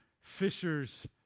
fishers